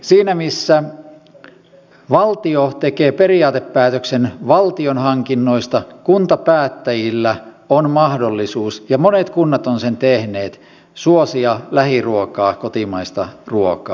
siinä missä valtio tekee periaatepäätöksen valtionhankinnoista kuntapäättäjillä on mahdollisuus ja monet kunnat ovat sen tehneet suosia lähiruokaa kotimaista ruokaa